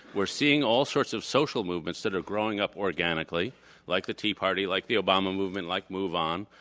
we're seeing all sorts of social movements that are growing up organically like the tea party, like the obama movement, like move on.